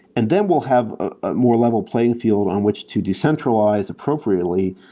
and then we'll have a more level playing field on which to decentralize appropriately.